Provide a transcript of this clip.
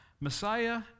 Messiah